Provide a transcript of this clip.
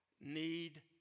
need